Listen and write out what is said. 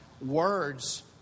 words